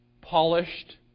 polished